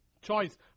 choice